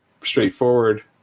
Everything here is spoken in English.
straightforward